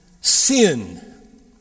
sin